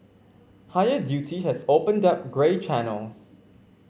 higher duty has opened up grey channels